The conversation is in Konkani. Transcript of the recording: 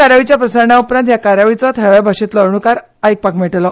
कार्यावळीच्या प्रसारणा उपरांत ह्या कार्यावळीचो थळाव्या भाशेतल्यो अणकार आयकूपाक मेळटलो